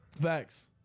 Facts